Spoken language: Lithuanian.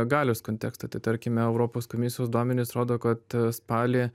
galios kontekstą tai tarkime europos komisijos duomenys rodo kad spalį